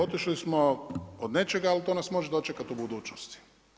Otišli smo od nečega, ali to nas može dočekati u budućnosti.